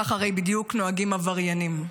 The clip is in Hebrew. כך הרי בדיוק נוהגים עבריינים.